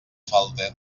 falte